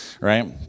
Right